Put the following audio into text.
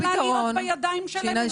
הגנה יכולה להיות בידיים שלהם,